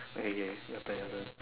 okay okay your turn your turn